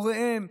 הוריהם,